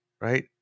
Right